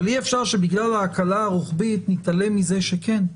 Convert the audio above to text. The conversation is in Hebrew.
אבל אי אפשר שבגלל ההקלה הרוחבית נתעלם מזה שכן,